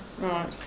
Right